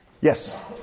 yes